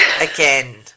again